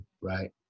right